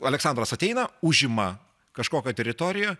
aleksandras ateina užima kažkokią teritoriją